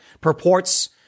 purports